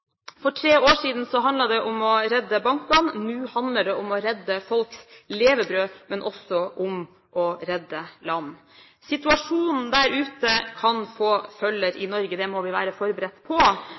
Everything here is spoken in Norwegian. For tre år siden handlet det om å redde bankene. Nå handler det om å redde folks levebrød, men også om å redde land. Situasjonen der ute kan få følger